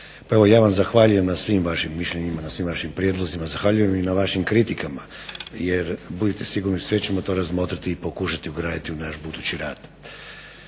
Pa evo ja vam zahvaljujem na svim vašim mišljenjima na svim vašim prijedlozima, zahvaljujem i na vašim kritikama jer budite sigurni sve ćemo to razmotriti i pokušati ugraditi u naš budući rad.